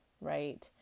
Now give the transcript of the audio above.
Right